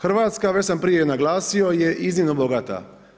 Hrvatska, već sam prije naglasio, je iznimno bogata.